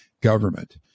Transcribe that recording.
government